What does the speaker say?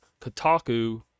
Kotaku